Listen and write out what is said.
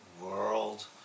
world